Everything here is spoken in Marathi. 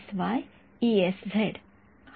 विद्यार्थी